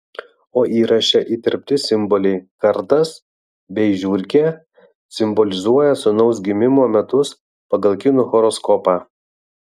o įraše įterpti simboliai kardas bei žiurkė simbolizuoja sūnaus gimimo metus pagal kinų horoskopą